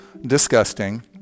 Disgusting